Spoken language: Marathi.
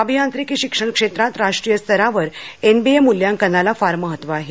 अभियांत्रिकी शिक्षण क्षेत्रात राष्ट्रीय स्तरावर एनबीए मूल्यांकनाला फार महत्व आहे